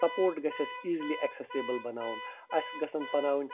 support گَژھہِ اسہِ easily accessible بناوُن اسہِ گَژھَن بناوٕنۍ